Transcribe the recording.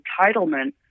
entitlement